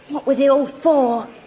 what was it all for,